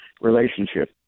relationship